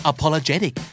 Apologetic